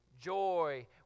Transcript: joy